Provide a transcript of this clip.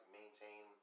maintain